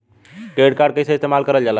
Credit card कईसे इस्तेमाल करल जाला?